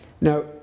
Now